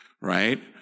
right